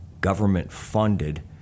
government-funded